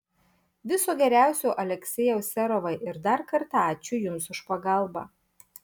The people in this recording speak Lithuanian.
viso geriausio aleksejau serovai ir dar kartą ačiū jums už pagalbą